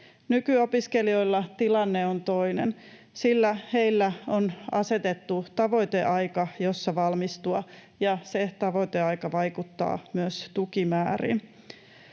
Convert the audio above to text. Nykyopiskelijoilla tilanne on toinen, sillä heille on asetettu tavoiteaika, jossa valmistua, ja se tavoiteaika vaikuttaa myös tukimääriin.